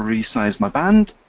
resize my band,